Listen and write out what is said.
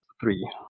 Three